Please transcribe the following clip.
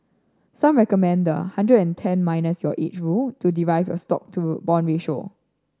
some recommend the a hundred and ten minus your age rule to derive your stock to bond ratio